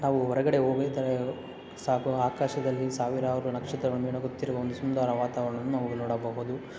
ನಾವು ಹೊರಗಡೆ ಹೋಗಿದ್ದರೆ ಸಾಕು ಆಕಾಶದಲ್ಲಿ ಸಾವಿರಾರು ನಕ್ಷತ್ರಗಳು ಮಿನುಗುತ್ತಿರುವ ಒಂದು ಸುಂದರ ವಾತಾವರಣವನ್ನು ನಾವು ನೋಡಬಹುದು